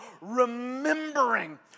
remembering